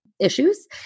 issues